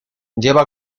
lleva